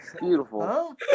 Beautiful